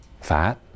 fat